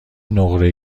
نقره